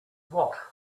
what